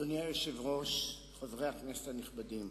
אדוני היושב-ראש, חברי הכנסת הנכבדים,